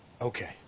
Okay